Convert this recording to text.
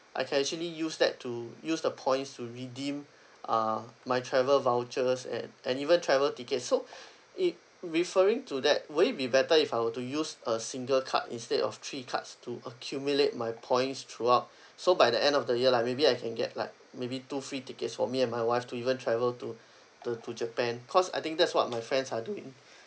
I can actually use that to use the points to redeem uh my travel vouchers and and even travel tickets so it referring to that would it be better if I were to use a single card instead of three cards to accumulate my points throughout so by the end of the year like maybe I can get like maybe two free tickets for me and my wife to even travel to to to japan cause I think that's what my friends are doing